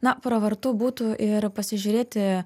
na pravartu būtų ir pasižiūrėti